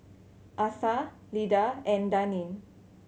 Atha Lyda and Daneen